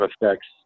effects